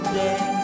day